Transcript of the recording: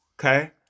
Okay